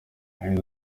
yagize